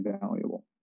valuable